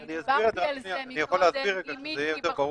אני דיברתי על זה עם מיקי בחוץ,